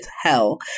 hell